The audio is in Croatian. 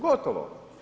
Gotovo.